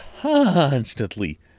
constantly